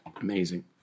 Amazing